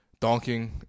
donking